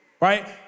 right